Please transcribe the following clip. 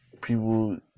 people